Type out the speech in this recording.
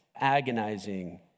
agonizing